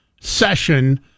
session